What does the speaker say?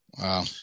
Wow